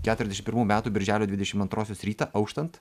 keturiasdešim pirmų metų birželio dvidešim antrosios rytą auštant